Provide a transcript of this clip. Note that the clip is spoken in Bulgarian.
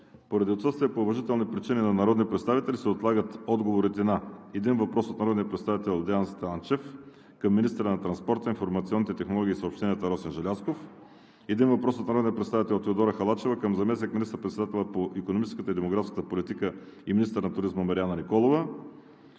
Поради отсъствие по уважителни причини на народни представители се отлагат отговорите на: - един въпрос от народния представител Деан Станчев към министъра на транспорта, информационните технологии и съобщенията Росен Желязков; - един въпрос от народния представител Теодора Халачева към заместник министър-председателя по икономическата и демографската политика и министър на туризма Марияна Николова;